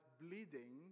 bleeding